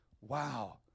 Wow